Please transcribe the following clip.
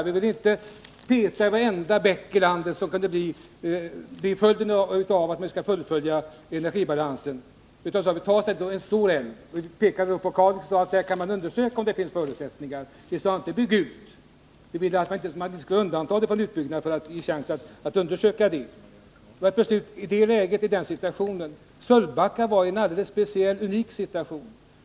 Vi ville inte ta upp varenda bäck i landet — det kunde bli följden om man försökte genomföra energibalansen — utan vi menade att man i stället skulle ta en stor älv. Vi pekade på Kalix älv och sade att man där kunde undersöka förutsättningarna. Visade inte ”bygg ut”. Vi ville att man inte skulle undanta älven från utbyggnad, för att ha möjlighet att undersöka förutsättningarna. Det var ett beslut i just det läget. Sölvbacka är i en speciell, unik situation.